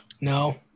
No